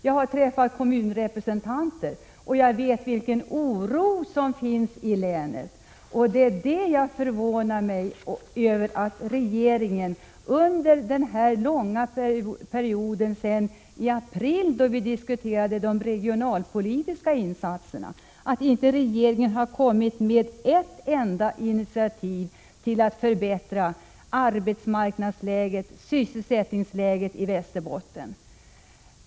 Jag har träffat kommunrepresentanter, och jag vet vilken oro som finns i länet. Det som förvånar mig är att regeringen under den långa perioden sedan april, då vi diskuterade de regionalpolitiska insatserna, inte har tagit ett enda initiativ till att förbättra arbetsmarknadsläget, sysselsättningsläget, i Västerbotten.